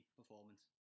performance